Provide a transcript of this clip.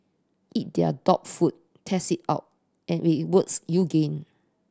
eat their dog food test it out and if it works you gain